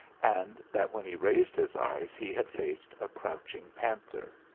and that when he raised his eyes he had faced a crouching panther.